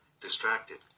distracted